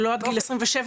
לא עד גיל 27,